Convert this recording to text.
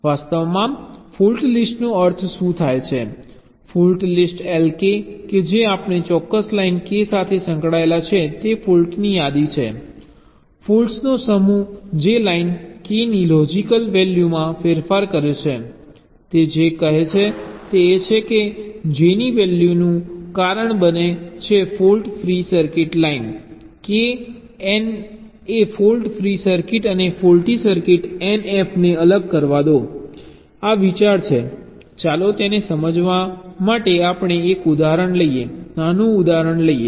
વાસ્તવમાં ફોલ્ટ લિસ્ટનો અર્થ શું થાય છે ફોલ્ટ લિસ્ટ Lk કે જે ચોક્કસ લાઇન k સાથે સંકળાયેલ છે તે ફોલ્ટની યાદી છે ફોલ્ટ્સનો સમૂહ જે લાઇન k ની લોજિક વેલ્યુ માં ફેરફાર કરે છે તે જે કહે છે તે એ છે કે જે ની વેલ્યુનું કારણ બને છે ફોલ્ટ ફ્રી સર્કિટમાં લાઇન k N એ ફોલ્ટ ફ્રી સર્કિટ અને ફોલ્ટી સર્કિટ Nf ને અલગ કરવા દો આ વિચાર છે ચાલો તેને સમજાવવા માટે આપણે એક ઉદાહરણ લઈએ નાનું ઉદાહરણ લઈએ